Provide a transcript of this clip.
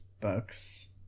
books